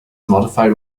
modified